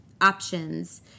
options